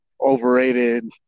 Overrated